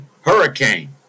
hurricane